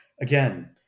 Again